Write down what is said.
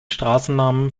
straßennamen